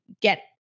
get